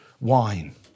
wine